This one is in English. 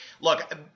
look